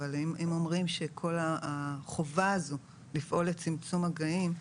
אבל אם אומרים שהחובה הזו לפעול לצמצום מגעים,